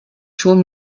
schon